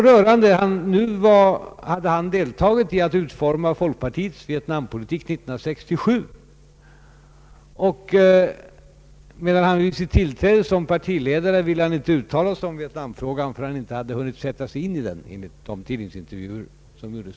Herr Helén hade ju deltagit i utformningen av folkpartiets Vietnampolitik 1967, men när han gjorde sitt tillträde som partiledare ville han inte uttala sig i Vietnamfrågan, förrän han hade hunnit sätta sig in i denna, något som framgick av de tidningsintervjuer som då gjordes.